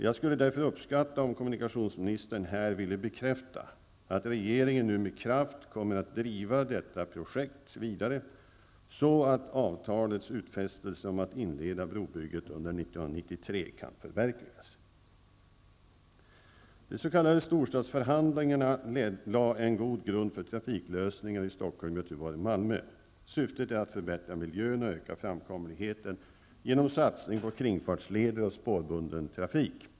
Jag skulle därför uppskatta om kommunikationsministern här ville bekräfta att regeringen nu med kraft kommer att driva detta projekt vidare så att avtalets utfästelse om att inleda brobygget under 1993 kan förverkligas. De s.k. storstadsförhandlingarna lade en god grund för trafiklösningar i Stockholm, Göteborg och Malmö. Syftet är att förbättra miljön och öka framkomligheten genom satsning på kringfartsleder och spårbunden trafik.